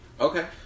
Okay